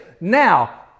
now